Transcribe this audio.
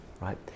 right